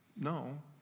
no